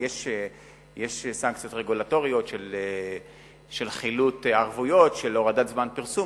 יש סנקציות רגולטוריות של חילוט ערבויות ושל הורדת זמן פרסום,